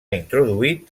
introduït